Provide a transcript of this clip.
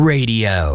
Radio